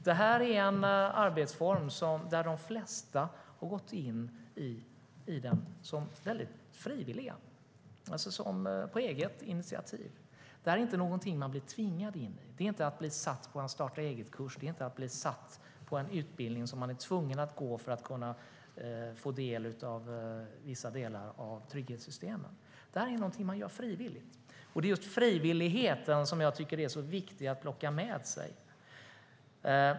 Detta är en arbetsform där de flesta har gått in som frivilliga och på eget initiativ. Det är inte något man blir tvingad in i. Det är inte att bli satt på en starta-eget-kurs eller en utbildning som man är tvungen att gå för att kunna få del av vissa delar av trygghetssystemen. Detta är något man gör frivilligt. Och det är just detta med frivilligheten som jag tycker är viktigt att man har med sig.